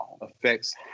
affects